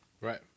right